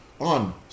on